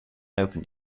opened